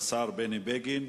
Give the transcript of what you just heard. ישיב השר בני בגין,